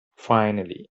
finally